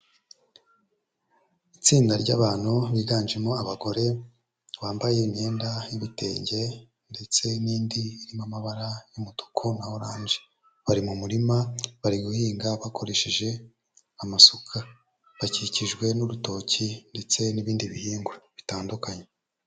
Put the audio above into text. Itsinda ry'abantu biganjemo abagore bambaye imyenda y'ibitenge ndetse n'indi irimo amabara y'umutuku na oranje, bari mu murima bari guhinga bakoresheje amasuka, bakikijwe n'urutoki ndetse n'ibindi bihingwa bitandukanye.